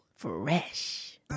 fresh